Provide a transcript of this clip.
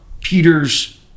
Peter's